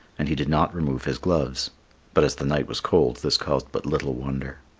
and he did not remove his gloves but as the night was cold this caused but little wonder.